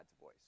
voice